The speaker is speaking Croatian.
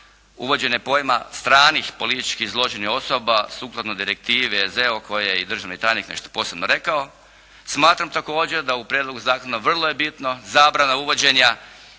uvođenje pojma stranih političkih zločina i osoba sukladno direktivi EZ-a o kojoj je i državni tajnik nešto posebno rekao smatram također da u prijedlogu zakona vrlo je bitno zabrana uvođenja